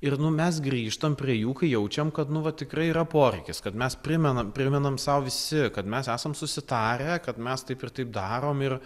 ir nu mes grįžtam prie jų kai jaučiam kad nu va tikrai yra poreikis kad mes primenam primenam sau visi kad mes esam susitarę kad mes taip ir taip darom ir